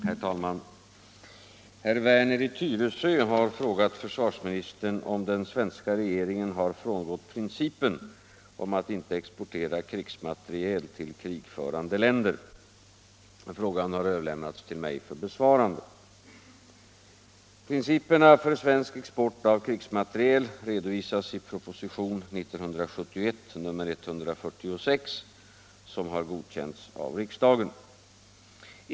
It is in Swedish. Herr talman! Herr Werner i Tyresö har frågat försvarsministern om den svenska regeringen har frångått principen om att inte exportera krigsmateriel till krigförande länder. Frågan har överlämnats till mig för besvarande. Principerna för svensk export av krigsmateriel redovisas i propositionen 1971:146, som har godkänts av riksdagen.